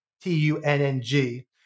T-U-N-N-G